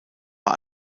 war